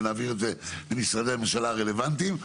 ונעביר את זה למשרדי הממשלה הרלבנטיים.